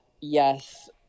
yes